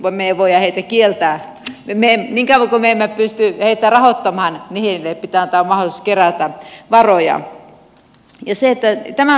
niin kauan kuin me emme pysty heitä rahoittamaan niin heille pitää antaa mahdollisuus kerätä varoja